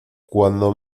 cuando